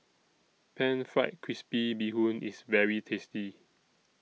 Pan Fried Crispy Bee Hoon IS very tasty